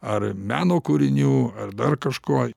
ar meno kūrinių ar dar kažko